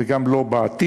וגם לא בעתיד.